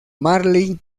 marley